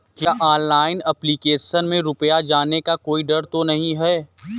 क्या online application में रुपया जाने का कोई डर तो नही है?